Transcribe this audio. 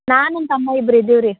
ನಾನು ತಮ್ಮ ಇಬ್ರು ಇದ್ದೀವಿ ರೀ